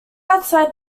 outside